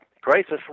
crisis